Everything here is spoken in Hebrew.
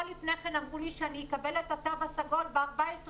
לפני אמרו לי שאני אקבל את התו הסגול ב-14 ביוני,